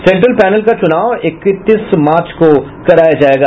central panel का चुनाव इक्कतीस मार्च को कराया जायेगा